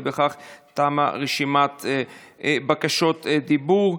ובכך תמה רשימת בקשות הדיבור.